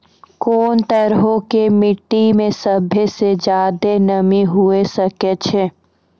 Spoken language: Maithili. कोन तरहो के मट्टी मे सभ्भे से ज्यादे नमी हुये सकै छै?